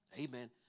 amen